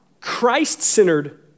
Christ-centered